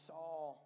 Saul